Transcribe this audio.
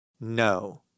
No